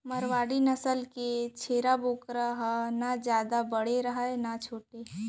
मारवाड़ी नसल के छेरी बोकरा ह न जादा बड़े रहय न छोटे